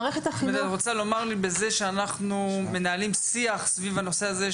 את רוצה לומר לי שבכך שאנחנו מנהלים שיח סביב הנושא הזה,